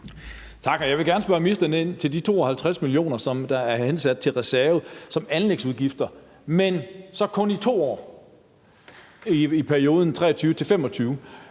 Tak. Jeg vil gerne spørge ministeren ind til de 52 mio. kr., der er hensat som reserve til anlægsudgifter, men så kun i 2 år i perioden 2023-25.